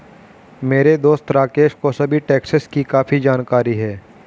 मेरे दोस्त राकेश को सभी टैक्सेस की काफी जानकारी है